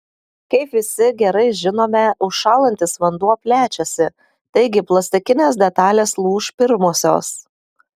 kaip visi gerai žinome užšąlantis vanduo plečiasi taigi plastikinės detalės lūš pirmosios